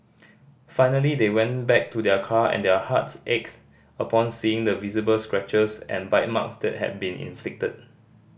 finally they went back to their car and their hearts ached upon seeing the visible scratches and bite marks that had been inflicted